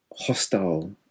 hostile